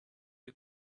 you